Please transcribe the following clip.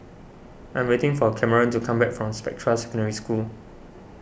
I'm waiting for Cameron to come back from Spectra Secondary School